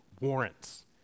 warrants